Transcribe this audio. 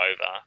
over